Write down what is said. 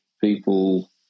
people